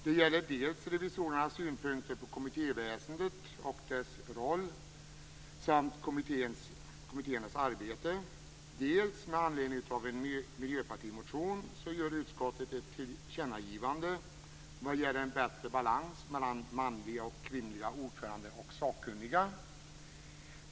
Det gäller först revisorernas synpunkter på kommittéväsendet och dess roll samt på kommittéernas arbete. Utskottet gör också ett tillkännagivande med anledning av en miljöpartimotion vad gäller bättre balans mellan manliga och kvinnliga ordförande och sakkunniga.